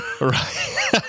Right